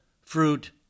fruit